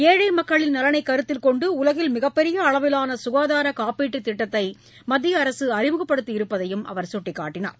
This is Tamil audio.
ஏழை மக்களின் நலனை கருத்தில் கொண்டு உலகில் மிகப்பெரிய அளவிலான சுகாதார காப்பீட்டுத் திட்டத்தை மத்திய அரசு அறிமுகப்படுத்தி இருப்பதையும் அவர் சுட்டிக்காட்டினார்